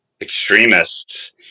extremists